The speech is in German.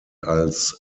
als